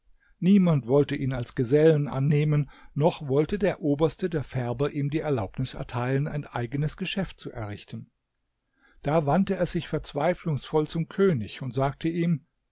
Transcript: niemand wollte ihn als gesellen annehmen noch wollte der oberste der färber ihm die erlaubnis erteilen ein eigenes geschäft zu errichten da wandte er sich verzweiflungsvoll zum könig und sagte ihm